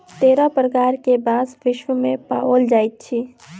तेरह प्रकार के बांस विश्व मे पाओल जाइत अछि